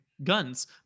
guns